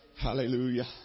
Hallelujah